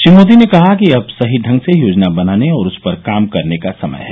श्री मोदी ने कहा कि अब सही ढंग से योजना बनाने और उस पर काम करने का समय है